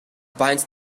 binds